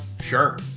sure